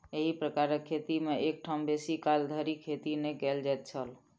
एही प्रकारक खेती मे एक ठाम बेसी काल धरि खेती नै कयल जाइत छल